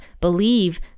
believe